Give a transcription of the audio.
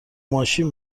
ماشین